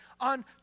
on